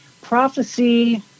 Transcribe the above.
prophecy